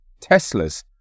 Teslas